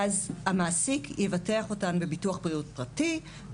אז המעסיק יבטח אותן בביטוח בריאות פרטי,